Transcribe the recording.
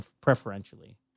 preferentially